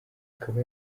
akaba